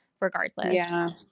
regardless